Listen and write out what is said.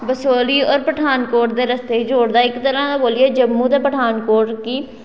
बसोली होर पठानकोट दे रस्ते गी जोड़दा इक तरह् दा बोलिए जम्मू ते पठानकोट गी